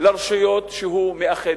לרשויות שהוא מאחד.